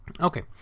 Okay